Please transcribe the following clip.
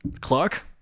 Clark